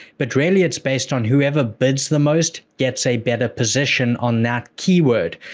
but really it's based on whoever bids the most gets a better position on that keyword,